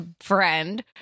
friend